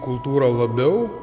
kultūrą labiau